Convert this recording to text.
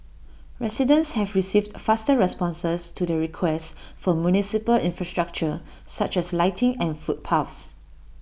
residents have received faster responses to their requests for municipal infrastructure such as lighting and footpaths